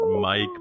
mike